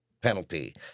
penalty